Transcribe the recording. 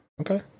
Okay